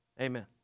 amen